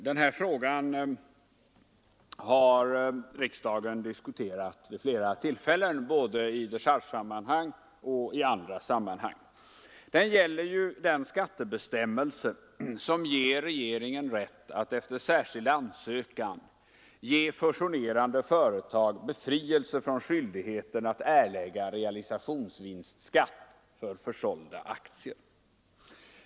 Herr talman! Frågan om befrielse från aktievinstbeskattning har riksdagen diskuterat vid flera tillfällen både i dechargesammanhang och i andra sammanhang. Den gäller ju skattebestämmelser som ger regeringen rätt att efter särskild ansökan ge fusionerande företag befrielse från skyldigheten att erlägga realisationsvinstskatt för försålda aktier.